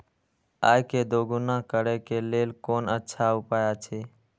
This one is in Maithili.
आय के दोगुणा करे के लेल कोन अच्छा उपाय अछि?